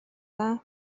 dda